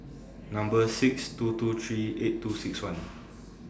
Number six two two three eight two six one